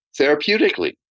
therapeutically